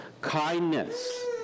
kindness